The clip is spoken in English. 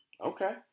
Okay